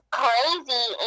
crazy